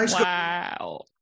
Wow